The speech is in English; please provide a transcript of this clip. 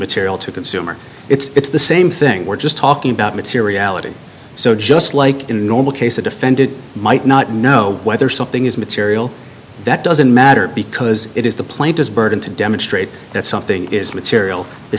material to consumer it's the same thing we're just talking about materiality so just like in a normal case the defendant might not know whether something is material that doesn't matter because it is the plaintiffs burden to demonstrate that something is material the